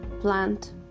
plant